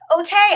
Okay